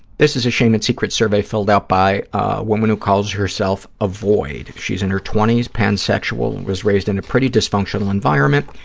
this is a shame and secrets survey filled out by a woman who calls herself avoid. she's in her twenty s, pansexual, was raised in a pretty dysfunctional dysfunctional environment.